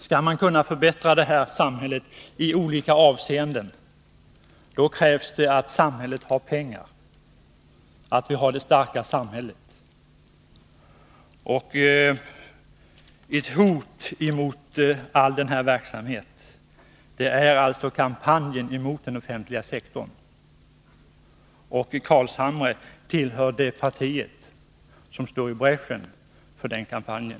Skall man kunna förbättra det här samhället i olika avseenden, då krävs det att samhället har pengar, att vi har det starka samhället. Kampanjen mot den offentliga sektorn är ett hot mot all verksamhet i den riktningen. Nils Carlshamre tillhör det parti som går i bräschen för den kampanjen.